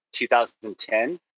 2010